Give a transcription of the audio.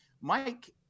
mike